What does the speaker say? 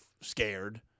scared